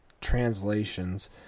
Translations